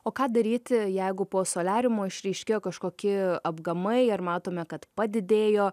o ką daryti jeigu po soliariumo išryškėjo kažkokie apgamai ar matome kad padidėjo